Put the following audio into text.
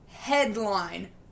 Headline